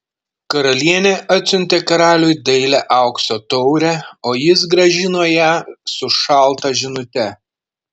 karalienė atsiuntė karaliui dailią aukso taurę o jis grąžino ją su šalta žinute